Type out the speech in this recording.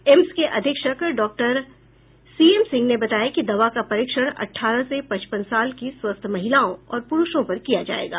AIIMS के अधीक्षक doctor C M Singh ने बताया कि दवा का परीक्षण अठारह से पचपन साल की स्वस्थ महिलाओं और प्रूषों पर किया जायेगा